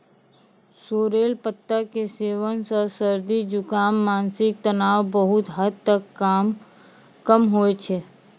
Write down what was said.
sorrel पत्ता के सेवन सॅ सर्दी, जुकाम, मानसिक तनाव बहुत हद तक कम होय छै